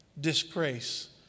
disgrace